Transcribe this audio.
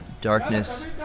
Darkness